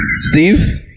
Steve